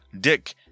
Dick